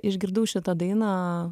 išgirdau šitą dainą